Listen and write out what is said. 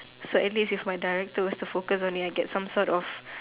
so at least if my director was to focus on it I get some sort of